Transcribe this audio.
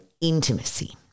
intimacy